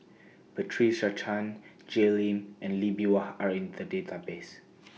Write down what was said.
Patricia Chan Jay Lim and Lee Bee Wah Are in The Database